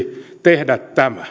tehdä